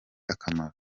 akamaro